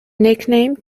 nickname